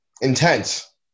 Intense